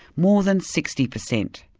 more than sixty percent.